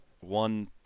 one